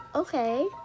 Okay